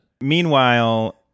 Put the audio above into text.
Meanwhile